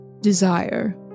desire